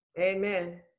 Amen